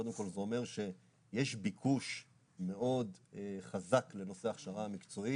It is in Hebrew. קודם כל זה אומר שיש ביקוש מאוד חזק לנושא ההכשרה המקצועית.